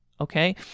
Okay